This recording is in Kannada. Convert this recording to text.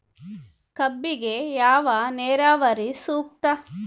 ಕಬ್ಬಿಗೆ ಯಾವ ನೇರಾವರಿ ಸೂಕ್ತ?